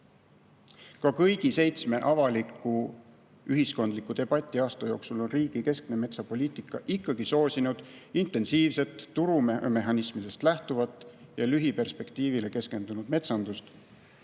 Ka kõigi seitsme avaliku ühiskondliku debati aasta jooksul on riigi keskne metsapoliitika ikkagi soosinud intensiivset, turumehhanismidest lähtuvat ja lühiperspektiivile keskendunud metsandust,